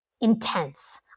intense